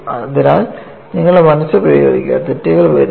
അതിനാൽ നിങ്ങളുടെ മനസ്സ് പ്രയോഗിക്കുക തെറ്റുകൾ വരുത്തുക